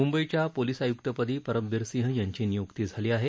म्बईच्या police आय्क्तपदी Parambir Singh यांची निय्क्ती झाली आहे